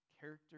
Character